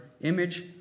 image